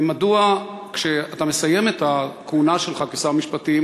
ומדוע כשאתה מסיים את הכהונה שלך כשר משפטים